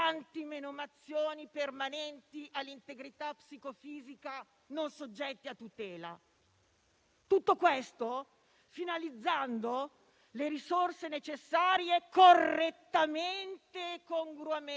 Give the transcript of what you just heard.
menomazioni permanenti all'integrità psicofisica non soggette a tutela. Tutto questo finalizzando le risorse necessarie correttamente e congruamente,